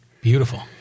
Beautiful